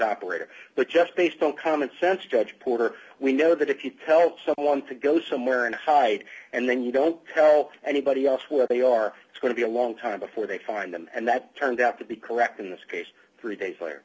operator but just based on common sense judge porter we know that if you tell someone to go somewhere and hide and then you don't tell anybody else where they are going to be a long time before they find them and that turned out to be correct in this case three days later